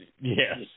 Yes